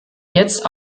jetzt